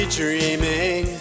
dreaming